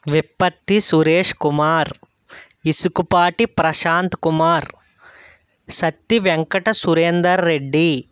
Vippatti Suresh Kumar Isukupati Prashant Kumar Satti Venkata Surender Reddy